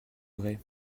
vrai